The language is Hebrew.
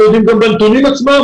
אנחנו יודעים גם בנתונים עצמם.